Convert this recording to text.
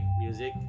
music